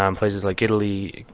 um places like italy,